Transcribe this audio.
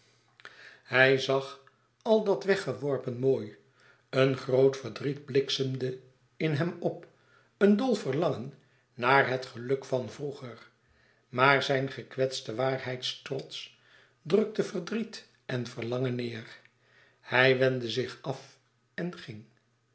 hij zag al dat weggeworpen mooi een groot verdriet bliksemde in hem op een dol verlangen naar het geluk van vroeger maar zijn gekwetste waarheidstrots drukte verdriet en verlangen neer hij wendde zich af en ging